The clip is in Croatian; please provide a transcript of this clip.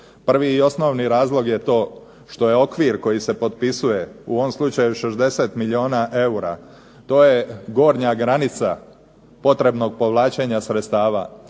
Prvi i osnovni razlog je to što je okvir koji se potpisuje u ovom slučaju 60 milijuna eura to je gornja granica potrebnog povlačenja sredstava,